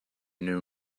new